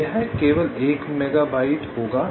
यह केवल 1 मेगाबाइट होगा